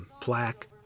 plaque